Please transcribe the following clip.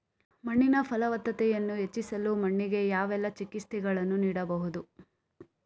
ಮಣ್ಣಿನ ಫಲವತ್ತತೆಯನ್ನು ಹೆಚ್ಚಿಸಲು ಮಣ್ಣಿಗೆ ಯಾವೆಲ್ಲಾ ಚಿಕಿತ್ಸೆಗಳನ್ನು ನೀಡಬಹುದು?